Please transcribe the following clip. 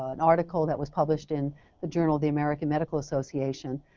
an article that was published in the journal the american medical association.